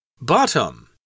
bottom